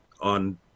on